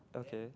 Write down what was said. okay